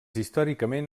històricament